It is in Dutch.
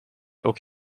ook